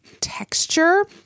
texture